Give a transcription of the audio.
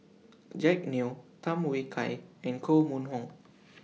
Jack Neo Tham Yui Kai and Koh Mun Hong